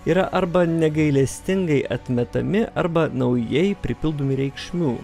yra arba negailestingai atmetami arba naujai pripildomi reikšmių